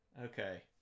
Okay